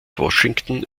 washington